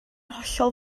hollol